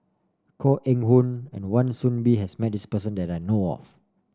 Koh Eng Hoon and Wan Soon Bee has met this person that I know of